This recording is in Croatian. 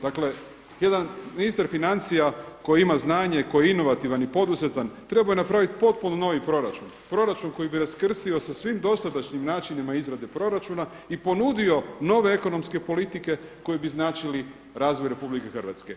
Dakle, jedan ministar financija koji ima znanje, koji je inovativan i poduzetan trebao je napraviti potpuno novi proračun, proračun koji bi raskrstio sa svim dosadašnjim načinima izrade proračuna i ponudio nove ekonomske politike koji bi značili razvoj Republike Hrvatske.